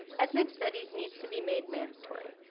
ethnic studies needs to be made mandatory.